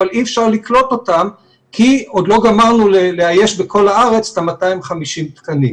אבל אי אפשר לקלוט אותם כי עוד לא גמרנו לאייש בכל הארץ את ה-250 תקנים.